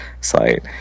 site